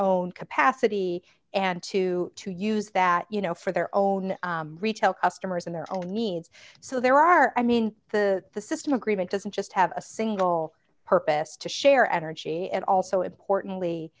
own capacity and to to use that you know for their own retail customers and their own needs so there are i mean the the system agreement doesn't just have a single purpose to share energy and also importantly